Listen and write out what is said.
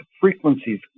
frequencies